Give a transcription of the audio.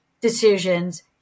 decisions